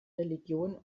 religion